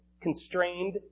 constrained